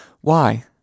Why